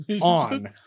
on